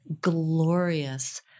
glorious